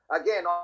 again